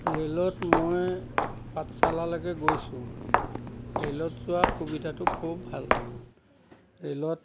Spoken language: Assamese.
ৰে'লত মই পাঠশালালৈকে গৈছোঁ ৰে'লত যোৱা সুবিধাটো খুব ভাল ৰে'লত